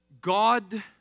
God